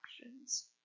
actions